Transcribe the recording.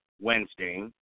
Wednesday